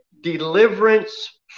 deliverance